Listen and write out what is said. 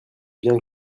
bien